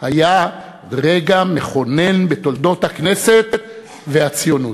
היה רגע מכונן בתולדות הכנסת והציונות.